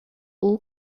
all